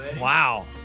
Wow